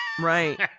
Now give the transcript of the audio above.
Right